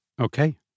Okay